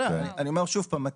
אני אומר שוב פעם,